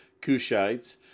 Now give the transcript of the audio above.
Kushites